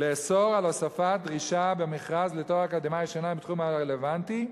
לאסור על הוספת דרישה במכרז לתואר אקדמי שאינו בתחום הרלוונטי,